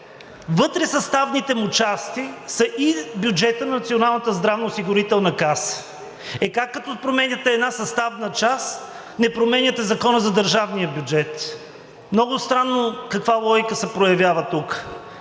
вътре в съставните му части са и бюджетът на Националната здравноосигурителна каса. Е как, като променяте една съставна част, не променяте Закона за държавния бюджет?! Много странно каква логика се проявява тук.